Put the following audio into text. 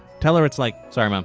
tell her it's like sorry, mom.